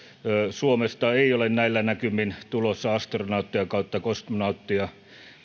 suomesta ei ole näillä näkymin tulossa astronautteja tai kosmonautteja